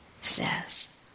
says